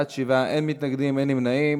בעד, 7, אין מתנגדים ואין נמנעים.